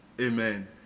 Amen